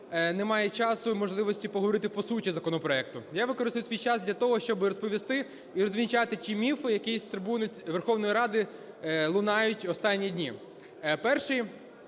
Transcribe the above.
немає часу і можливості поговорити по суті законопроекту. Я використаю свій час для того, щоб розповісти і розвінчати ті міфи, які з трибуни Верховної Ради лунають останні дні. Перший,